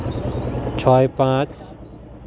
ᱪᱷᱚᱭ ᱯᱟᱸᱪ